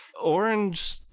Orange